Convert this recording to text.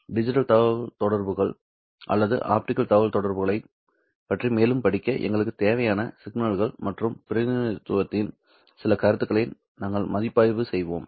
digital தகவல்தொடர்புகள் அல்லது optical தகவல்தொடர்புகளைப் பற்றி மேலும் படிக்க எங்களுக்கு தேவையான சிக்னல்கள் மற்றும் பிரதிநிதித்துவத்தின் சில கருத்துக்களை நாங்கள் மதிப்பாய்வு செய்வோம்